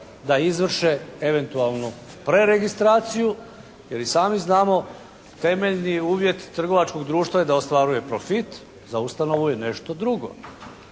da izvrše eventualnu preregistraciju. Jer i sami znamo temeljni je uvjet trgovačkog društva je da ostvaruje profit. Za ustanovu je nešto drugo.